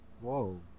Whoa